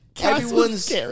Everyone's